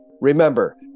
Remember